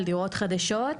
אל דירות חדשות.